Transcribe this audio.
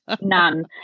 None